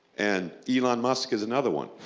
and elon musk is another one.